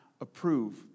approve